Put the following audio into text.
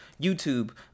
YouTube